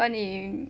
和你